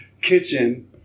kitchen